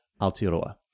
Aotearoa